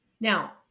Now